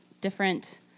different